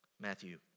Matthew